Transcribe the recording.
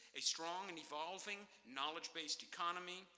a strong and evolving knowledge-based economy,